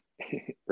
Right